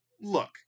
look